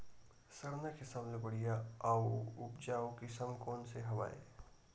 सरना के सबले बढ़िया आऊ उपजाऊ किसम कोन से हवय?